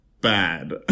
bad